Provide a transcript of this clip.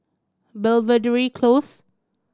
Belvedere Close